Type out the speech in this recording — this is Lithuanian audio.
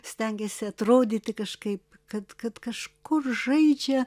stengėsi atrodyti kažkaip kad kad kažkur žaidžia